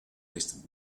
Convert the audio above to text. listed